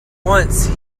once